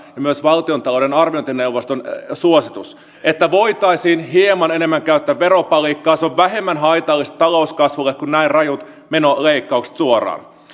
ja myös valtiontalouden arviointineuvoston suositus että voitaisiin hieman enemmän käyttää veropalikkaa se on vähemmän haitallista talouskasvulle kuin näin rajut menoleikkaukset suoraan